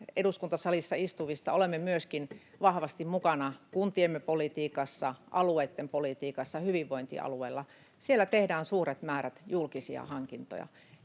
eduskuntasalissa istuvista monet ovat myöskin vahvasti mukana kuntiemme politiikassa, alueitten politiikassa hyvinvointialueilla. Siellä tehdään suuret määrät julkisia hankintoja.